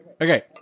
okay